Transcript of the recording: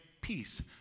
peace